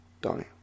Donnie